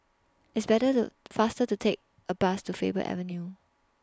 It's Better to faster to Take A Bus to Faber Avenue